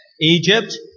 Egypt